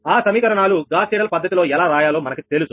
ఆ సమీకరణాలు Gauss Seidel పద్ధతి లో ఎలా రాయాలో మనకు తెలుసు